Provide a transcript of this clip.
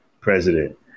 president